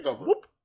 whoop